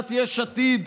שסיעת יש עתיד,